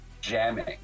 jamming